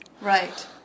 Right